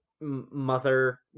mother